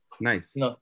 Nice